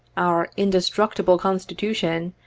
our indestructible constitution,